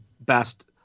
best